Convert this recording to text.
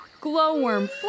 Glowworm